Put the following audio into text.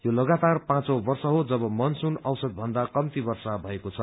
यो लगातार पाँचौं वर्ष हो जब मनसुनमा औसत भन्दा कम्ती वर्षा भएको छ